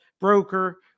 broker